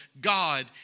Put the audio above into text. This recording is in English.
God